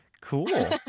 Cool